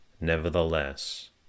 Nevertheless